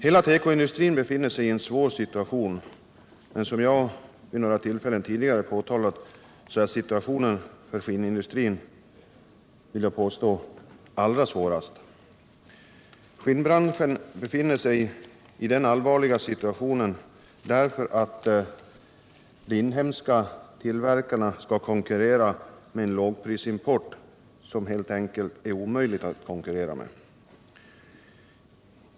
Hela tekoindustrin befinner sig i en svår situation, men som jag vid några tidigare tillfällen framhållit är situationen för skinnindustrin — vill jag påstå — allra svårast. Skinnbranschen befinner sig i denna allvarliga situation därför att de inhemska tillverkarna skall konkurrera med en lågprisimport, som helt enkelt är omöjlig att konkurrera med.